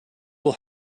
will